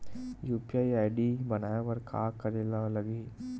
UPI ID बनाये बर का करे ल लगही?